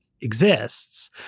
exists